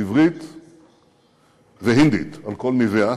עברית והינדית, על כל ניביה,